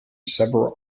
several